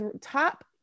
top